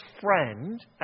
friend